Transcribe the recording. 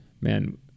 Man